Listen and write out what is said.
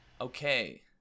Okay